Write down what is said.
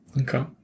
Okay